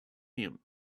him